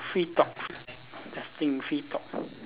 free talk nothing free talk